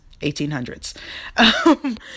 1800s